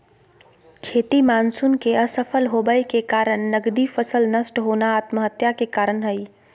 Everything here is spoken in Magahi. खेती मानसून के असफल होबय के कारण नगदी फसल नष्ट होना आत्महत्या के कारण हई